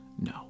no